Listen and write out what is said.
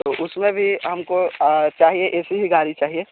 तो उसमें भी हमको चाहिए ए सी ही गाड़ी चाहिए